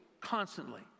constantly